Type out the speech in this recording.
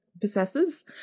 possesses